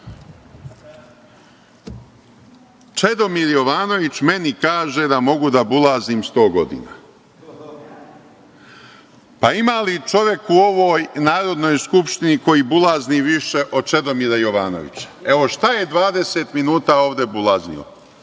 Čedomir Jovanović mi kaže da mogu da bulaznim 100 godina. Pa, ima li čovek u ovoj Narodnoj skupštini koji bulazni više od Čedomira Jovanovića? Šta je ovde 20 minuta bulaznio?